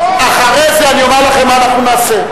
אחרי זה אני אומר לכם מה אנחנו נעשה.